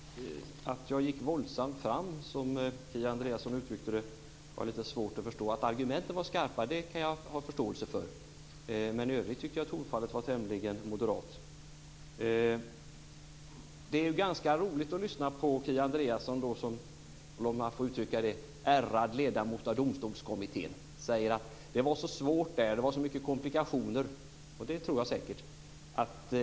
Herr talman! Jag har lite svårt att förstå att jag gick våldsamt fram, som Kia Andreasson uttryckte det. Att argumenten var skarpa kan jag inse, men i övrigt tyckte jag att tonfallet var tämligen moderat. Det är ganska roligt att lyssna på Kia Andreasson i hennes egenskap av - låt mig uttrycka mig så - ärrad ledamot av Domstolskommittén. Hon säger att det var så svårt där, och det var så mycket komplikationer. Det tror jag säkert.